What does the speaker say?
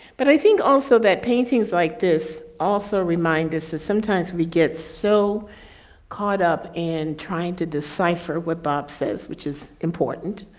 but i think also that paintings like this also remind us that sometimes we get so caught up in trying to decipher what bob says, which is important.